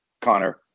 Connor